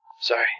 sorry